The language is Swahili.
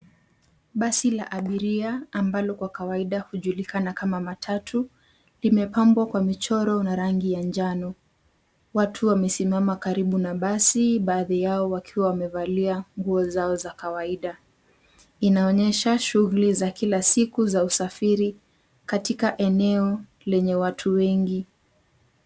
Basi la abiria ambalo kwa kawaida hujulikana kama matatu limepambwa kwa michoro na rangi ya njano. Watu wamesimama karibu na basi. Baadhi yao wakiwa wamevalia nguo zao za kawaida. Inaonyesha shughuli za kila siku za usafiri katika eneo lenye watu wengi.